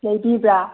ꯂꯩꯕꯤꯕ꯭ꯔꯥ